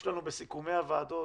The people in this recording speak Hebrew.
יש לנו בסיכומי הוועדות